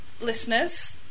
listeners